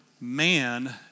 man